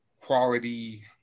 quality –